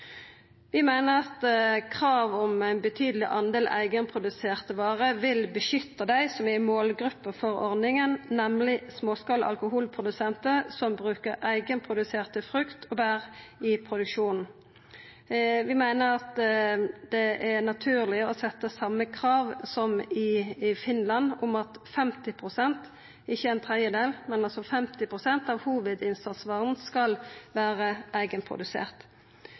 Vi meiner at krav om ein betydeleg del eigenproduserte varer vil beskytta dei som er i målgruppa for ordninga, nemleg småskala alkoholprodusentar som brukar eigenprodusert frukt og bær i produksjonen. Vi meiner at det er naturleg å setja same krav som i Finland, om at 50 pst. – ikkje ein tredjedel – av hovudinnsatsvara skal vera eigenprodusert.